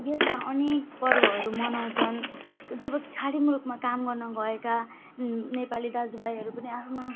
यस्ता अनेक पर्वहरू मनाउँछन् जब कि खाडी मुलुकमा काम गर्नगएका नेपाली दाजुभाइहरू पनि आफ्नो